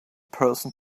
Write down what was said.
person